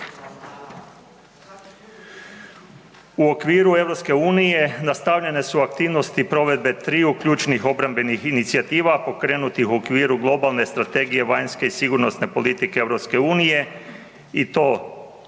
U okviru EU nastavljene su aktivnosti provedbe triju ključnih obrambenih inicijativa pokrenutih u okviru globalne strategije vanjske i sigurnosne politike EU i to stalne